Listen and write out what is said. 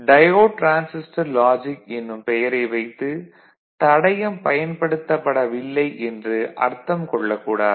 diode transistor logic என்னும் பெயரை வைத்து தடையம் பயன்படுத்தப்படவில்லை என்று அர்த்தம் கொள்ளக்கூடாது